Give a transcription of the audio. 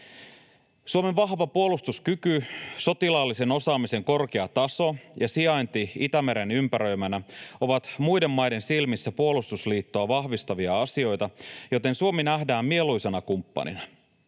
Suomen vahva puolustuskyky, sotilaallisen osaamisen korkea taso ja sijainti Itämeren ympäröimänä ovat muiden maiden silmissä puolustusliittoa vahvistavia asioita, joten Suomi nähdään mieluisana kumppanina.